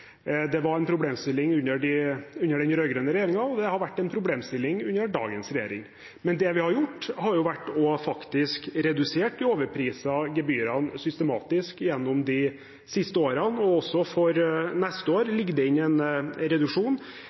Det var en problemstilling under den rød-grønne regjeringen og har vært en problemstilling under dagens regjering. Det vi har gjort, har faktisk vært å redusere de overprisede gebyrene systematisk gjennom de siste årene. Også for neste år ligger det inne en reduksjon